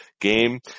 game